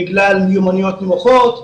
בגלל מיומנויות נמוכות,